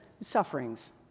sufferings